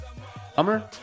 Hummer